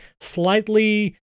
slightly